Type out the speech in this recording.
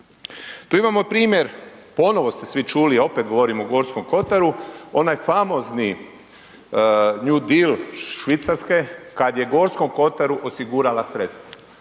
Tu imamo i primjer, ponovno ste svi čuli, opet govorimo o Gorskom kotaru, onaj famozni new deal Švicarske kada je Gorskom kotaru osigurala sredstva